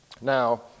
Now